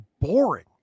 boring